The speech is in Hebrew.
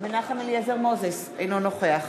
אינו נוכח